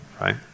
right